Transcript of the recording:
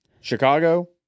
Chicago